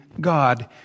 God